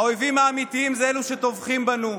האויבים האמיתיים זה אלו שטובחים בנו,